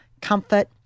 comfort